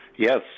Yes